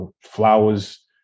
flowers